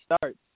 starts